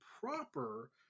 proper